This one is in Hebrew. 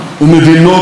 אתם יודעים היטב